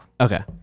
Okay